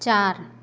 ਚਾਰ